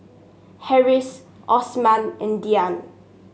Harris Osman and Dian